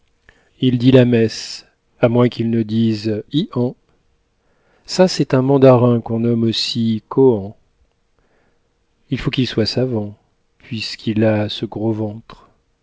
il dit la messe à moins qu'il ne dise hi han ça c'est un mandarin qu'on nomme aussi kohan il faut qu'il soit savant puisqu'il a ce gros ventre